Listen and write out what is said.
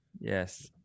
Yes